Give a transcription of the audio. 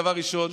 דבר ראשון,